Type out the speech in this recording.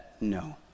no